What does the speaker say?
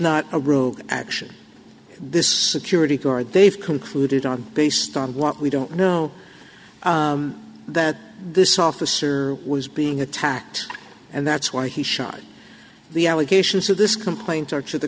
not a room action this security guard they've concluded on based on what we don't know that this officer was being attacked and that's why he shot the allegations of this complaint or to the